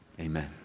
Amen